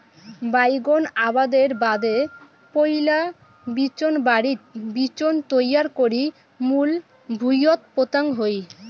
বাইগোন আবাদের বাদে পৈলা বিচোনবাড়িত বিচোন তৈয়ার করি মূল ভুঁইয়ত পোতাং হই